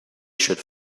should